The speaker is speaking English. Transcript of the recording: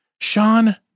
Sean